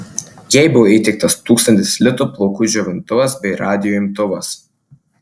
jai buvo įteiktas tūkstantis litų plaukų džiovintuvas bei radijo imtuvas